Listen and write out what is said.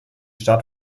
stadt